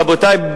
רבותי,